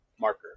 marker